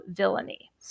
villainy